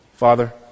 Father